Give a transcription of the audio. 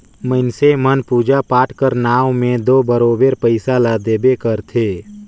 मइनसे मन पूजा पाठ कर नांव में दो बरोबेर पइसा ल देबे करथे